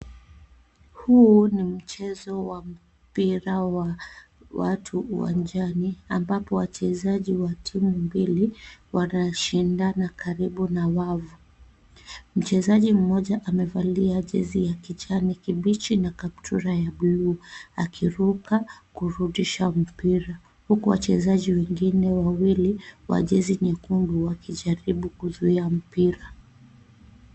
Huu ni mchezo wa mpira wa watu uwanjani, ambapo wachezaji wa timu mbili, wanashindana karibu na wavu. Mchezaji mmoja amevalia jezi ya kijani kibichi na kaptura ya bluu akiruka kurudisha mpira huku wachezaji wengine wawili wa jezi nyekundu wakijaribu kuzuia mpira.